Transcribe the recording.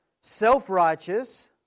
self-righteous